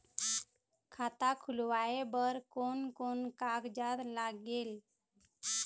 खाता खुलवाय बर कोन कोन कागजात लागेल?